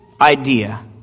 idea